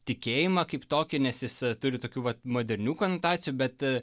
tikėjimą kaip tokį nes jis e turi tokių vat modernių konotacijų bet a